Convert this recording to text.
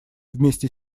вместе